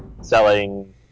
selling